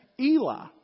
Eli